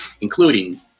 including